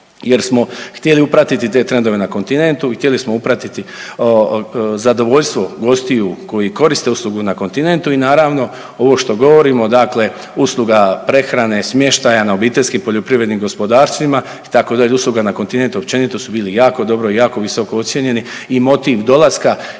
jer smo htjeli upratiti te trendove na kontinentu i htjeli smo upratiti zadovoljstvo gostiju koji koriste uslugu na kontinentu i naravno ovo što govorimo, dakle usluga prehrane, smještaja na obiteljskim poljoprivrednim gospodarstvima itd. Usluga na kontinentu općenito su bili jako dobro i jako visoko ocijenjeni i motiv dolaska